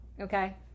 Okay